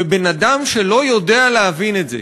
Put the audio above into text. ובן-אדם שלא יודע להבין את זה,